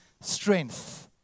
strength